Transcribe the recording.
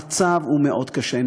המצב מאוד קשה.